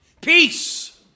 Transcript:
Peace